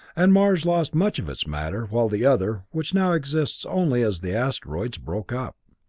and mars lost much of its matter, while the other, which now exists only as the asteroids, broke up.